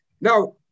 Now